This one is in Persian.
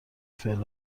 فعل